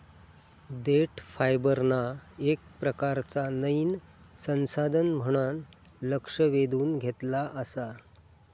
देठ फायबरना येक प्रकारचा नयीन संसाधन म्हणान लक्ष वेधून घेतला आसा